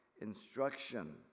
instruction